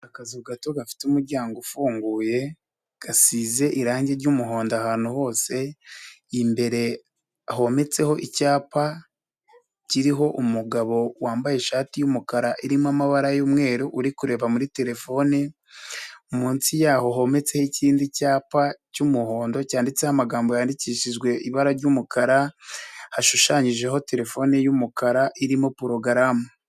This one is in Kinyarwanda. Akazu gato gafite umuryango ufunguye gasize irange ry'umuhondo ahantu hose, imbere hometseho icyapa kiriho umugabo wambaye ishati y'umukara irimo amabara y'umweru uri kureba muri telefone, munsi yaho hometseho ikindi cyapa cy'umuhondo cyanditseho amagambo yandikishijwe ibara ry'umukara hashushanyijeho telefone y'umukara irimo porogaramu.